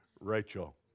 Rachel